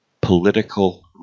Political